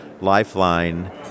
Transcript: Lifeline